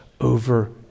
over